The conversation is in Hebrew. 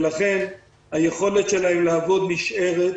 ולכן היכולת שלהם לעבוד נשארת.